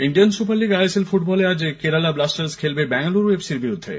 Indian super league ISL ফুটবলে আজ Kerala Blasters খেলবে বেঙ্গালুরু এফসি র বিরুদ্ধে